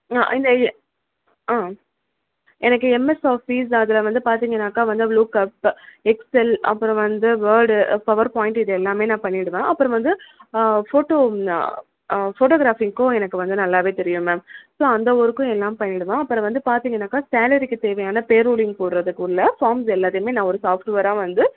ஆ இந்த எ ஆ எனக்கு எம்எஸ் ஆஃபீஸ் அதில் வந்து பார்த்தீங்கனாக்கா வந்து விலுக்அப் எக்ஸ்ஸல் அப்புறம் வந்து வேர்டு பவர் பாயிண்ட் இது எல்லாமே நான் பண்ணிவிடுவேன் அப்புறம் வந்து ஃபோட்டோ ஃபோட்டோகிராஃபிக்கும் எனக்கு வந்து நல்லாவே தெரியும் மேம் ஸோ அந்த ஒர்க்கும் எல்லாம் பண்ணிவிடுவேன் அப்புறம் வந்து பார்த்தீங்கனாக்கா சேலரிக்கு தேவையான பேரோலிங் போடுறதுக்குள்ள ஃபார்ம்ஸ் எல்லாத்தையுமே நான் ஒரு சாப்ட்வேராக வந்து